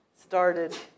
started